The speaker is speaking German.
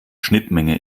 schnittmenge